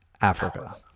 Africa